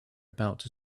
about